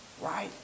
right